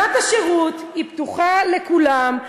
שנת השירות פתוחה לכולם.